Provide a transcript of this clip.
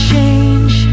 Change